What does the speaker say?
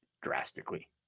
drastically